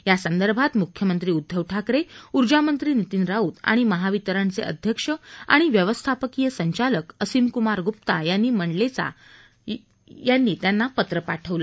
या संदर्भात मुख्यमंत्री उद्घव ठाकरे ऊर्जामंत्री नितिन राऊत व महावितरणचे अध्यक्ष व व्यवस्थापकीय संचालक असीमकुमार गुप्ता यांना मंडलेचा यांनी पत्र पाठविले